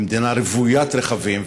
במדינה רוויית רכבים,